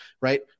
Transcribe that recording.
right